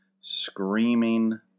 screaming